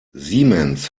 siemens